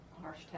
harsh